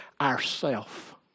ourself